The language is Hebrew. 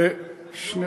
אדוני